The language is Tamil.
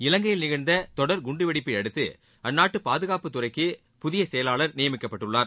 இலங்கையில் நிகழ்ந்த தொடர் குண்டுவெடிப்பை அடுத்து அந்நாட்டு பாதுகாப்புத்துறைக்கு புதிய செயலாளர் நியமிக்கப்பட்டுள்ளார்